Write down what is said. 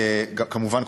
כמובן,